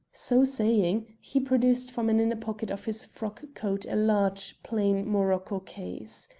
so saying, he produced from an inner pocket of his frock-coat a large, plain morocco case.